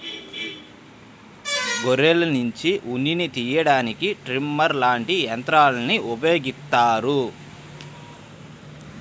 గొర్రెల్నుంచి ఉన్నిని తియ్యడానికి ట్రిమ్మర్ లాంటి యంత్రాల్ని ఉపయోగిత్తారు